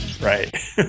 Right